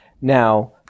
Now